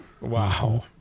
Wow